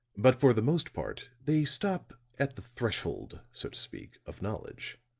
but for the most part they stop at the threshold, so to speak, of knowledge.